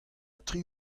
tri